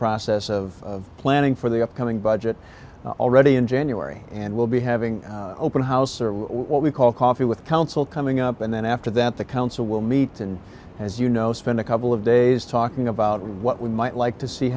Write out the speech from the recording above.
process of planning for the upcoming budget already in january and we'll be having open house what we call coffee with council coming up and then after that the council will meet and as you know spend a couple of days talking about what we might like to see